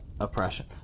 oppression